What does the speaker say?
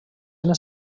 eren